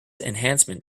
enhancement